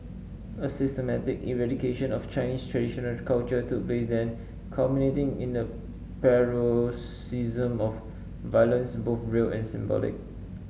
a systematic eradication of Chinese traditional culture took place then culminating in a paroxysm of violence both real and symbolic